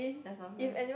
less nonsense